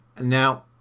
Now